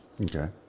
Okay